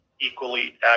equally